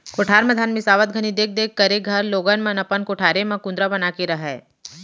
कोठार म धान मिंसावत घनी देख देख करे घर लोगन मन अपन कोठारे म कुंदरा बना के रहयँ